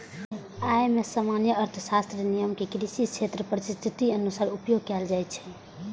अय मे सामान्य अर्थशास्त्रक नियम कें कृषि क्षेत्रक परिस्थितिक अनुसार उपयोग कैल जाइ छै